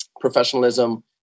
professionalism